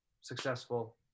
successful